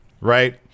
right